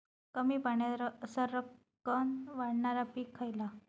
कमी पाण्यात सरक्कन वाढणारा पीक खयला?